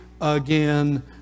again